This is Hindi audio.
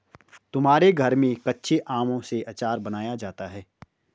हमारे घर में कच्चे आमों से आचार बनाया जाता है